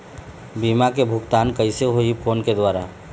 बीमा के भुगतान कइसे होही फ़ोन के द्वारा?